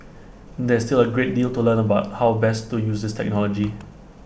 there is still A great deal to learn about how best to use this technology